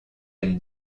elle